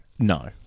No